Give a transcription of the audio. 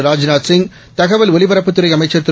Rajnath Singh தகவல்ஒலிபரப்புதுறைஅமைச்சர்திரு